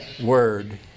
word